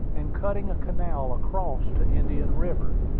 and cutting a canal across to indian river,